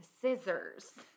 scissors